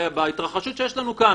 בהתרחשות שיש לנו כאן